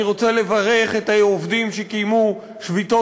אני רוצה לברך את העובדים שקיימו שביתות